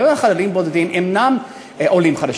אינם עולים חדשים,